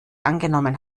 angenommen